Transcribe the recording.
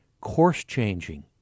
course-changing